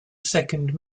second